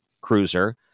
cruiser